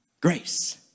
grace